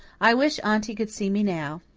i wish aunty could see me now.